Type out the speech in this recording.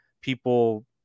people